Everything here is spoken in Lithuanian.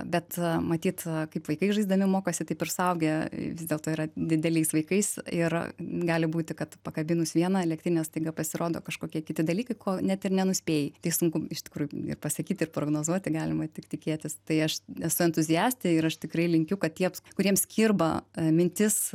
bet matyt kaip vaikai žaisdami mokosi taip ir suaugę vis dėlto yra dideliais vaikais ir gali būti kad pakabinus vieną elektrinę staiga pasirodo kažkokie kiti dalykai ko net ir nenuspėjai tai sunku iš tikrųjų ir pasakyti ir prognozuoti galima tik tikėtis tai aš esu entuziastė ir aš tikrai linkiu kad tiems kuriems kirba mintis